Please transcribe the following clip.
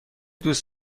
دوست